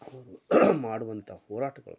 ಅವರು ಮಾಡುವಂಥ ಹೋರಾಟಗಳು